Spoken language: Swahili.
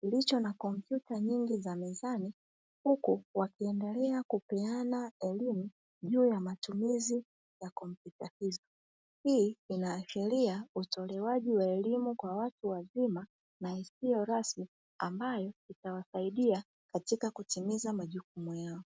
kilicho na kompyuta nyingi za mezani huku wakiendelea kupeana elimu juu ya matumizi ya kompyuta hizo, hii inaashiria utolewaji wa elimu kwa watu wazima na isio rasmi ambayo itawasaidia katika kutimiza majukumu yao.